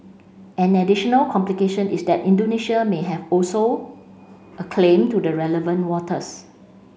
an additional complication is that Indonesia may have also a claim to the relevant waters